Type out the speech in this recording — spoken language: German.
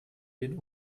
den